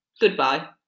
Goodbye